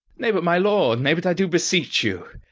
nay, but my lord! nay, but i do beseech you.